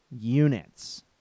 units